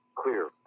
Clear